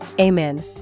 Amen